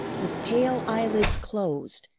with pale eyelids closed,